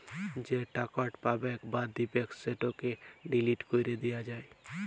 যে টাকাট পাবেক বা দিবেক সেটকে ডিলিট ক্যরে দিয়া যায়